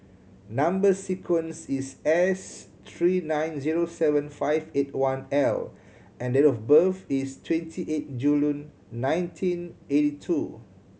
number sequence is S three nine zero seven five eight one L and date of birth is twenty eight June nineteen eighty two